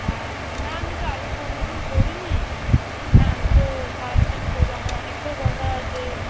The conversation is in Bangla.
হ্যাঁ না আমি তো আগে কোনো দিন করি নি হ্যাঁ আমি তো ফার্স্ট টাইম করবো আমার অনেকটাই দরকার আছে